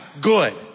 good